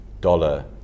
dollar